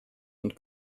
und